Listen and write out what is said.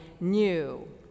new